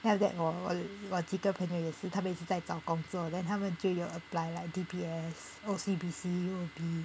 then after that 我我我几个朋友也是他们已经是在找工作 then 他们就有 apply like D_B_S O_C_B_C U_O_B 的